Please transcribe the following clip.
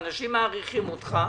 אנשים מעריכים אותך,